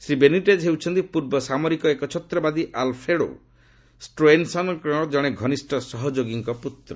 Shri Benitez ହେଉଛନ୍ତି ପୂର୍ବ ସାମରିକ ଏକଛତ୍ରବାଦୀ ଆଲ୍ଫ୍ରେଡୋ ଷ୍ଟ୍ରୋଏସ୍ନର୍ଙ୍କର ଜଣେ ଘନିଷ୍ଠ ସହଯୋଗୀଙ୍କ ପ୍ରତ୍ର